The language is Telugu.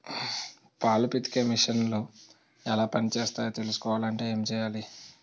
పాలు పితికే మిసన్లు ఎలా పనిచేస్తాయో తెలుసుకోవాలంటే ఏం చెయ్యాలి?